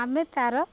ଆମେ ତାର